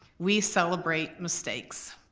we celebrate mistakes.